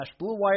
bluewire